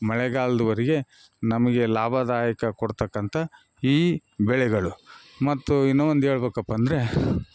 ಮಳೆಗಾಲದವರಿಗೆ ನಮಗೆ ಲಾಭದಾಯಕ ಕೊಡ್ತಕ್ಕಂಥ ಈ ಬೆಳೆಗಳು ಮತ್ತು ಇನ್ನು ಒಂದು ಹೇಳ್ಬೇಕಪ್ಪಾ ಅಂದರೆ